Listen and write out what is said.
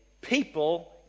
people